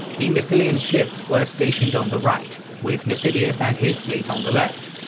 the massilian ships were stationed on the right, with nasidius and his fleet on the left.